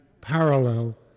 parallel